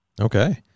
Okay